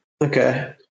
Okay